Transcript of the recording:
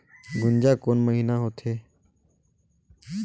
गुनजा कोन महीना होथे?